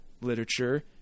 literature